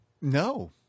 no